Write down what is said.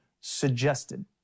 suggested